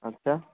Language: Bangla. আচ্ছা